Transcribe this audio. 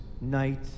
night